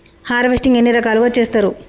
Harvesting ఎన్ని రకాలుగా చేస్తరు?